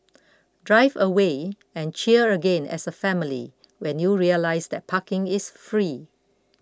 drive away and cheer again as a family when you realise that parking is free